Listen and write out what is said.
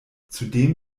zudem